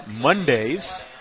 Mondays